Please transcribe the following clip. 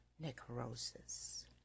Necrosis